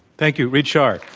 thank you, reid schar.